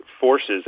forces